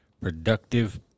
productive